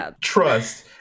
Trust